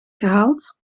gehaald